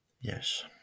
Yes